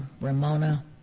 Ramona